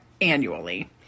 annually